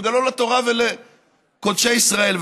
וגם לא לתורה ולקודשי ישראל.